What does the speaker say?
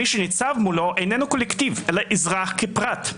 מי שניצב מולו איננו קולקטיב אלא אזרח כפרט,